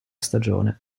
stagione